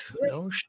No